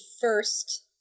first